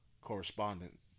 correspondent